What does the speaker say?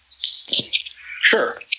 Sure